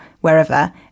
wherever